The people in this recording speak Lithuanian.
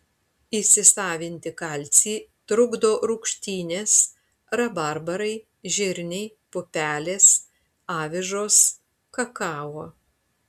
įsisavinti kalcį trukdo rūgštynės rabarbarai žirniai pupelės avižos kakao